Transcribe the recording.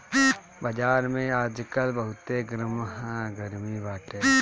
बाजार में आजकल बहुते गरमा गरमी बाटे